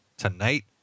Tonight